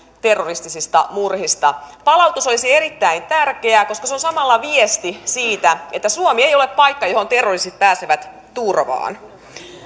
terroristisista murhista palautus olisi erittäin tärkeää koska se on samalla viesti siitä että suomi ei ole paikka johon terroristit pääsevät turvaan